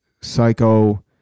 psycho